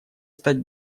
стать